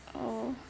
oh